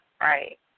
right